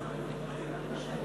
המיועד להיות השר